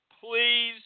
Please